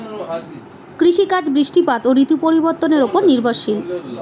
কৃষিকাজ বৃষ্টিপাত ও ঋতু পরিবর্তনের উপর নির্ভরশীল